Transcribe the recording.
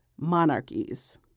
monarchies